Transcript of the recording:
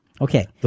Okay